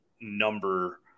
number